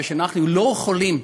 כשאנחנו לא יכולים,